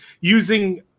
using